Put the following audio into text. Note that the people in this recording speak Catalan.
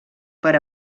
per